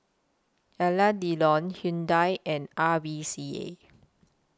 Alain Delon Hyundai and R V C A